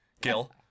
Gil